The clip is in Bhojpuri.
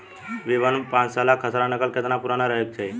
बी वन और पांचसाला खसरा नकल केतना पुरान रहे के चाहीं?